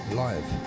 live